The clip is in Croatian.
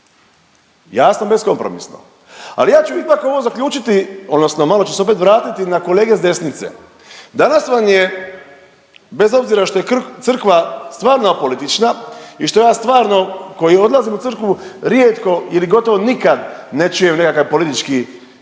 jasno beskompromisno. Ali ja ću ipak ovo zaključiti odnosno malo ću se opet vratiti na kolege s desnice. Danas vam je bez obzira što je crkva stvarno apolitična i što ja stvarno koji odlazim u crkvu rijetko ili gotovo nikad ne čujem nekakav politički,